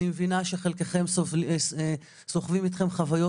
אני מבינה שחלקכם סוחבים אתכם חוויות